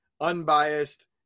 unbiased